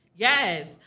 Yes